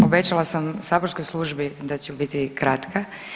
Obećala sam saborskoj službi da ću biti kratka.